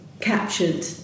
captured